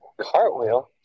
Cartwheel